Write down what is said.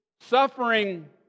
suffering